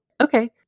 Okay